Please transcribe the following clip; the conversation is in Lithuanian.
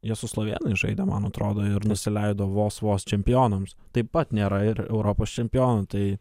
jie su slovėnais žaidė man atrodo ir nusileido vos vos čempionams taip pat nėra ir europos čempionai